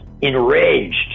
enraged